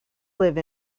live